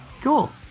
Cool